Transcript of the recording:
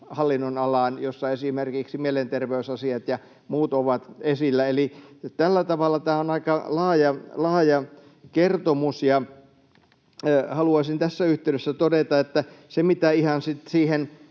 hallinnonalaan, jolla esimerkiksi mielenterveysasiat ja muut ovat esillä. Eli tällä tavalla tämä on aika laaja kertomus. Haluaisin tässä yhteydessä todeta, että mitä ihan siihen